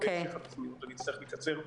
ואצטרך לקצר.